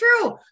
true